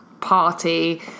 party